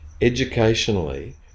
educationally